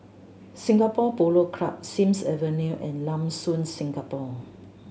Singapore Polo Club Sims Avenue and Lam Soon Singapore